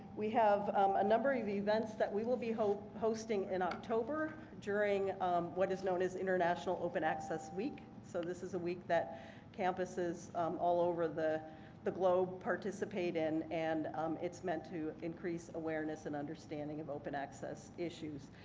we have a number of events that we will be hosting in october during what is known as international open access week so this is a week that campuses all over the the globe participate in and it's meant to increase awareness and understanding of open access issues.